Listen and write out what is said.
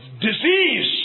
disease